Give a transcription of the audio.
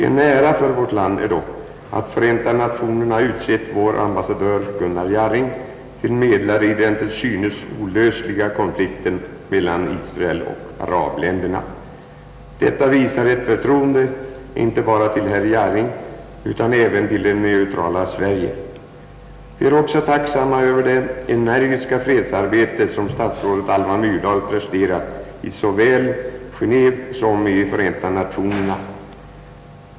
En ära för vårt land är att Förenta Nationerna utsett vår ambassadör Gunnar Jarring till medlare i den till synes olösliga konflikten mellan Israel och arabländerna. Detta visar ett förtroende inte bara för herr Jarring utan även för det neutrala Sverige. Vi är också tacksamma över det energiska fredsarbete som statsrådet Alva Myrdal presterat såväl i Geneve som i Förenta Nationerna.